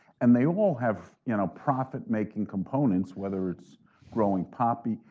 and they all have you know profit-making components, whether it's growing poppy,